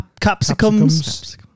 Capsicums